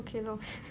okay lor